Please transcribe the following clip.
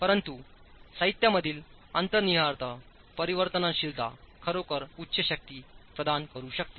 परंतु साहित्यामधील अंतर्निहित परिवर्तनशीलता खरोखर उच्च शक्ती प्रदान करू शकते